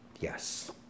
Yes